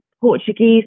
Portuguese